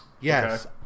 Yes